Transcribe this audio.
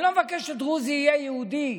אני לא מבקש שדרוזי יהיה יהודי.